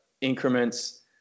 increments